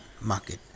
market